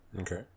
Okay